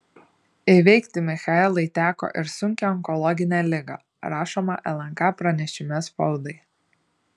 įveikti michaelai teko ir sunkią onkologinę ligą rašoma lnk pranešime spaudai